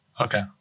Okay